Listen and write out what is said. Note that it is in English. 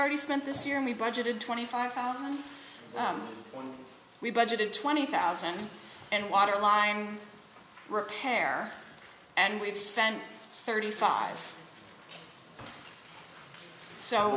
already spent this year and we budgeted twenty five thousand we budgeted twenty thousand and water line repair and we've spent thirty five so